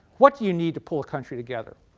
what do you need to pull a country together?